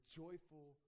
joyful